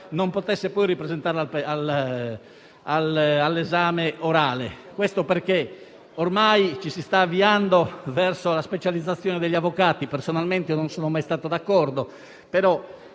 non potesse poi ripresentarla all'esame orale. Ormai ci si sta avviando verso la specializzazione degli avvocati - personalmente non sono mai stato d'accordo,